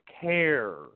care